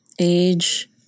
age